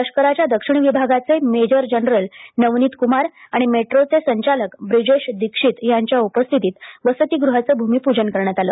लष्कराच्या दक्षिण विभागाचे मेजर जनरल नवानीत कुमार आणि मेट्रो चे संचालक ब्रिजेश दीक्षित यांच्या उपस्थितीत मध्ये वसतीगृहाचं भूमिपूजन करण्यात आले